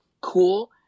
cool